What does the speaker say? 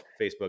facebook